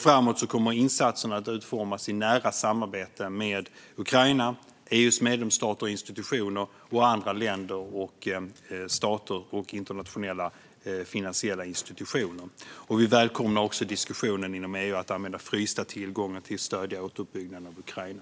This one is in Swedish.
Framåt kommer insatserna att utformas i nära samarbete med Ukraina, EU:s medlemsstater och institutioner, andra länder och stater och internationella finansiella institutioner. Vi välkomnar också diskussionen inom EU om att använda frysta tillgångar till att stödja återuppbyggnaden av Ukraina.